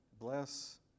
Bless